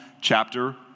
chapter